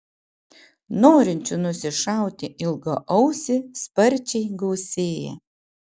norinčių nusišauti ilgaausį sparčiai gausėja